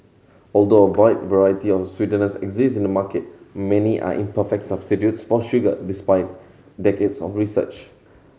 although a wide variety of sweeteners exist in the market many are imperfect substitutes for sugar despite decades of research